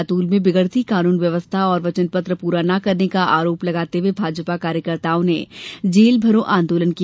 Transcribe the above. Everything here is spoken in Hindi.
बैतूल में बिगड़ती कानून व्यवस्था और वचनपत्र पूरा न करने का आरोप लगाते हुए भाजपा कार्यकर्ताओं ने जेल भरो आंदोलन किया